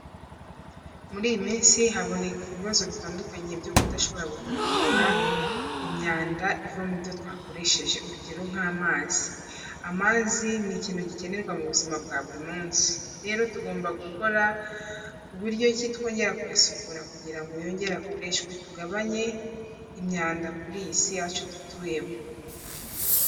Muri iyi minsi haboneka ibibazo bitandukanye byo kudashobora gukontorora imyanda iva mu byo twakoresheje, urugero nk'amazi amazi ni ikintu gikenerwa mu buzima bwa buri munsi, rero tugomba gukora ku buryo ki twongera kuyasukura kugira ngo yongere akoreshwe tugabanye imyanda kuri iyi si yacu dutuyemo.